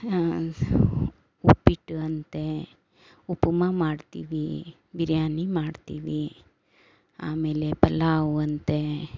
ಉಪ್ಪಿಟ್ಟು ಅಂತೆ ಉಪುಮಾ ಮಾಡ್ತೀವಿ ಬಿರ್ಯಾನಿ ಮಾಡ್ತೀವಿ ಆಮೇಲೆ ಪಲಾವ್ ಅಂತೆ